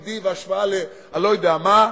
ל-OECD וההשוואה, אני לא יודע מה,